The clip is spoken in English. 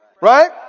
Right